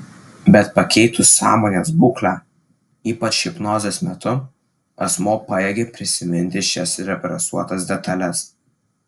bet pakeitus sąmonės būklę ypač hipnozės metu asmuo pajėgia prisiminti šias represuotas detales